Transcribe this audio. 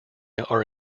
are